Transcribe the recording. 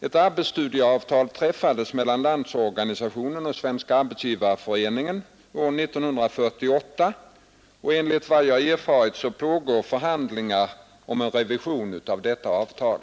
Ett arbetsstudieavtal träffades mellan Landsorganisationen och Svenska arbetsgivareföreningen år 1948 och enligt vad jag erfarit pågår förhandlingar om en revision av detta avtal.